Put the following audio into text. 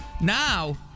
Now